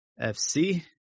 FC